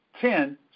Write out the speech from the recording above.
ten